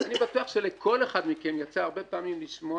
אני בטוח שלכל אחד מכם יצא הרבה פעמים לשמוע